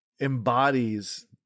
embodies